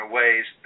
ways